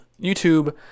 YouTube